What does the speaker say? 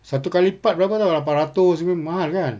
satu kali part berapa tahu lapan ratus dia punya mahal kan